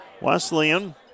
Wesleyan